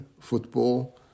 football